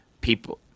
people